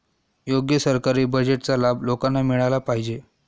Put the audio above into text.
योग्य सरकारी बजेटचा लाभ लोकांना मिळाला पाहिजे